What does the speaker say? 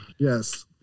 Yes